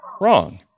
wrong